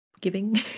giving